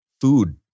food